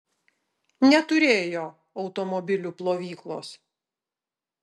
neturėjo automobilių plovyklos